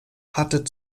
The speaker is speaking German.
hatte